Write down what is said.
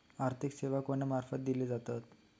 आर्थिक सेवा कोणा मार्फत दिले जातत?